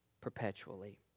perpetually